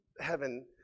heaven